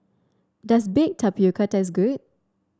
does Baked Tapioca taste good